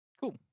Cool